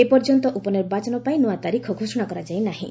ଏପର୍ଯ୍ୟନ୍ତ ଉପନିର୍ବାଚନ ପାଇଁ ନୂଆ ତାରିଖ ଘୋଷଣା କରାଯାଇନାହିଁ